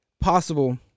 Possible